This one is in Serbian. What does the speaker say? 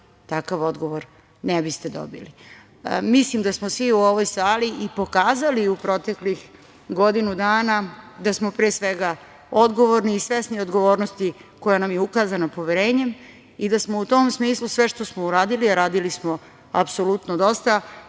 takav odgovor ne biste dobili. Mislim da smo svi u ovoj sali i pokazali u proteklih godinu dana da smo odgovorni i svesni odgovornosti koja nam je ukazana poverenjem i da smo u tom smislu, sve što smo uradili, a uradili smo apsolutno dosta,